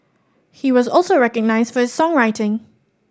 he was also recognised for his songwriting